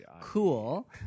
cool